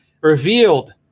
revealed